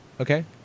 Okay